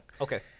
Okay